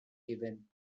even